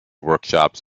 workshops